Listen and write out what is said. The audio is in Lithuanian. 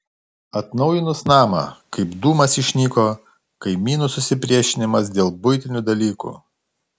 atnaujinus namą kaip dūmas išnyko kaimynų susipriešinimas dėl buitinių dalykų